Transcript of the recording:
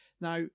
Now